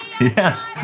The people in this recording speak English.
Yes